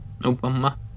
Obama